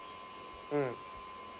mm